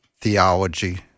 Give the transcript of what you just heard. theology